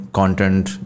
content